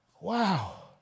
Wow